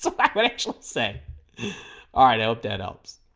so like but let's say alright out that ups